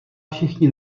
všichni